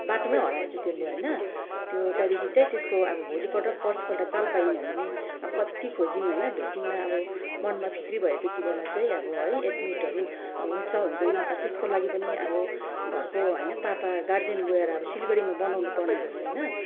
बाटोमै हराएछ त्यसले होइन त्यो त्यहाँदेखि चाहिँ अब त्यसको अब भोलिपल्ट पर्सिपल्ट चाल पायौँ हामाीले अब कत्ति खोजौँ होइन भेटिनौँ अब मनमा फिक्री भयो त्यति बेला चाहिँ है अब एडमिटहरू हुन्छ हुँदैन त्यसको लागि पनि अब घरको होइन पापा गार्जियन गएर अब सिलगढीमा बनाउनुपर्ने भयो होइन